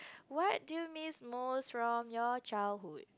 what do you mean most strong your childhood